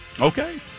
Okay